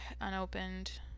unopened